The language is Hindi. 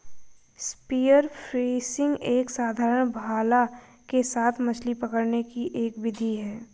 स्पीयर फिशिंग एक साधारण भाला के साथ मछली पकड़ने की एक विधि है